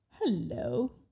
Hello